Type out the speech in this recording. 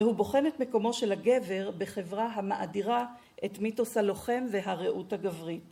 והוא בוחן את מקומו של הגבר בחברה המאדירה את מיתוס הלוחם והראות הגברית.